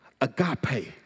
agape